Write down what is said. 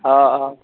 हँ हॅं